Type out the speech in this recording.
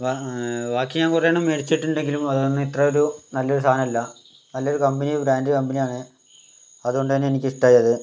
ബാക്കി ഞാൻ കുറേയെണ്ണം വാങ്ങിച്ചിട്ടുണ്ടെങ്കിലും അതൊന്നും ഇത്രയൊരു നാലൊരു സാധനം അല്ല നാലൊരു കമ്പനിയും ബ്രാൻഡ് കമ്പനിയുമാണ് അതുകൊണ്ട് തന്നേ എനിക്ക് ഇഷ്ടായത്